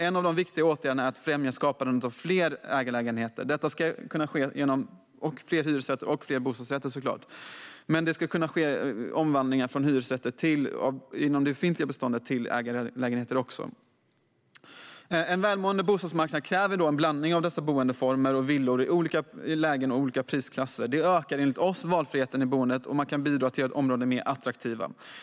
En av de viktiga åtgärderna är att främja skapandet av fler ägarlägenheter - och fler hyresrätter och fler bostadsrätter, såklart. Det ska också kunna ske omvandlingar från hyresrätter inom det befintliga beståndet till ägarlägenheter. En välmående bostadsmarknad kräver en blandning av boendeformer och villor i olika lägen och i olika prisklasser. Det ökar, enligt oss, valfriheten i boendet och kan bidra till att områden blir mer attraktiva.